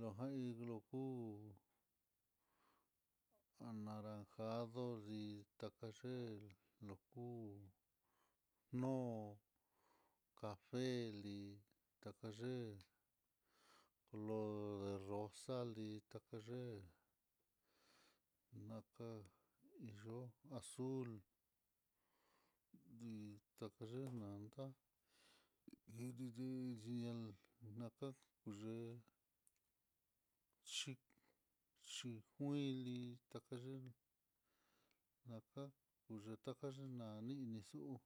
lojan hí lokuu anaranjado, dii takayee lokuu no'o, cafe lí, takayee, color de rosal, dii takayee naka yo'ó azul dik takayee, nanda hiriri xhinianaka kuyee, xhi xhikuinli takaye naka kux ka yii nani nixuu.